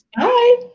bye